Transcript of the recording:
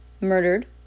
murdered